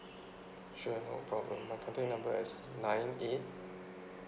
sure no problem my contact number is nine eight